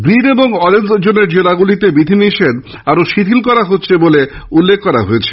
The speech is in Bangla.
গ্রীণ এবং অরেঞ্জ জোনের জেলাগুলিতে বিধি নিষেধ আরও শিথিল করা হবে বলে উল্লেখ করা হয়েছে